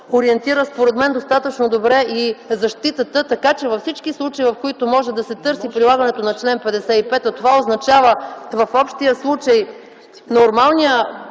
ориентира достатъчно добре и защитата. Във всички случаи, в които може да се търси прилагането на чл. 55, а това означава в общия случай нормалния